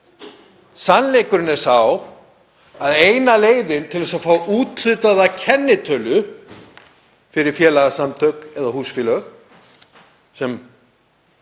Sannleikurinn er sá að eina leiðin til að fá úthlutað kennitölu fyrir félagasamtök eða húsfélag,